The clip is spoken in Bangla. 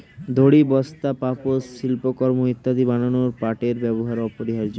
দড়ি, বস্তা, পাপোশ, শিল্পকর্ম ইত্যাদি বানাতে পাটের ব্যবহার অপরিহার্য